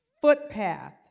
footpath